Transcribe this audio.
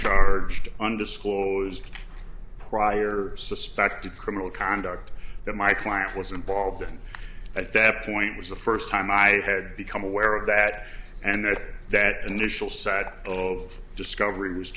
charged undisclosed prior suspected criminal conduct that my client was involved in at that point was the first time i had become aware of that and that that initial side of discovery was